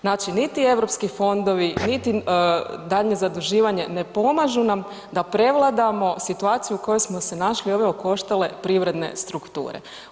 Znači, niti Europski fondovi, niti daljnje zaduživanje ne pomažu nam da prevladamo situaciju u kojoj smo se našli ove okoštale privredne strukture.